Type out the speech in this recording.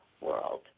world